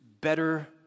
better